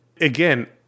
again